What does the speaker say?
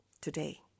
today